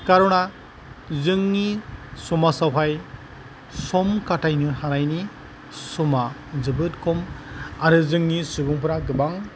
कार'ना जोंनि समाजावहाय सम खाथायनो हानायनि समआ जोबोद खम आरो जोंनि सुबुंफोरा गोबां